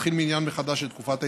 יתחיל מניין מחדש של תקופת ההתיישנות.